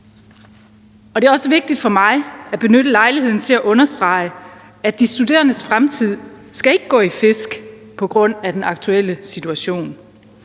Det er også vigtigt for mig at benytte lejligheden til at understrege, at de studerendes fremtid ikke skal gå i fisk på grund af den aktuelle situation.